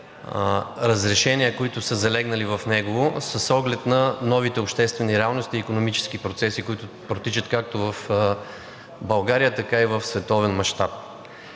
разрешения, които са залегнали в него, с оглед на новите обществени реалности и икономически процеси, които протичат както в България, така и в световен мащаб.